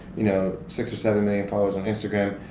you know, six or seven million followers on instagram.